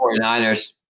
49ers